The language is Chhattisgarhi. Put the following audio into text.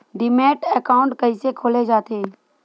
डीमैट अकाउंट कइसे खोले जाथे?